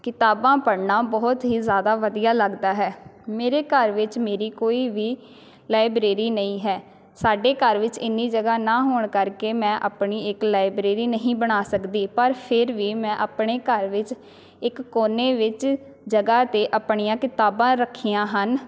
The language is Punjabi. ਕਿਤਾਬਾਂ ਪੜ੍ਹਣਾ ਬਹੁਤ ਹੀ ਜ਼ਿਆਦਾ ਵਧੀਆ ਲੱਗਦਾ ਹੈ ਮੇਰੇ ਘਰ ਵਿੱਚ ਮੇਰੀ ਕੋਈ ਵੀ ਲਾਇਬ੍ਰੇਰੀ ਨਹੀਂ ਹੈ ਸਾਡੇ ਘਰ ਵਿੱਚ ਇੰਨੀ ਜਗ੍ਹਾ ਨਾ ਹੋਣ ਕਰਕੇ ਮੈਂ ਆਪਣੀ ਇੱਕ ਲਾਇਬ੍ਰੇਰੀ ਨਹੀਂ ਬਣਾ ਸਕਦੀ ਪਰ ਫਿਰ ਵੀ ਮੈਂ ਆਪਣੇ ਘਰ ਵਿੱਚ ਇੱਕ ਕੋਨੇ ਵਿੱਚ ਜਗ੍ਹਾ 'ਤੇ ਆਪਣੀਆਂ ਕਿਤਾਬਾਂ ਰੱਖੀਆਂ ਹਨ